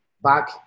back